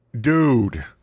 dude